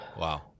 Wow